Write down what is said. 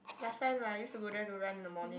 last time I used to go there to run in the morning